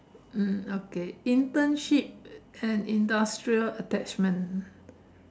mm okay internship and industrial attachment